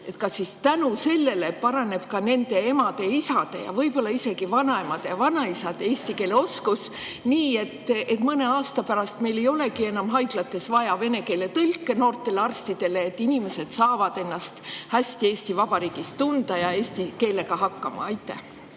kas siis tänu sellele paraneb ka nende emade-isade ja võib-olla isegi vanaemade ja vanaisade eesti keele oskus, nii et mõne aasta pärast meil ei olegi enam haiglates vaja vene keele tõlke noortele arstidele ja inimesed saavad ennast Eesti Vabariigis hästi tunda, sest nad saavad eesti